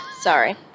Sorry